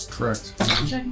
correct